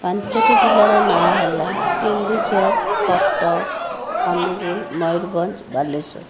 ପାଞ୍ଚଟି ଜିଲ୍ଲାର ନାଁ ହେଲା କେନ୍ଦୁଝର କଟକ ଅନୁଗୁଳ ମୟୂରଭଞ୍ଜ ବାଲେଶ୍ଵର